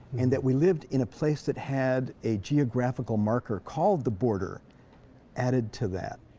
and that we lived in a place that had a geographical marker called the border added to that.